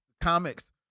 comics